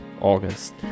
August